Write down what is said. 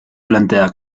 plantea